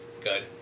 good